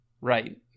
Right